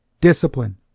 Discipline